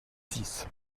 six